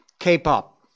k-pop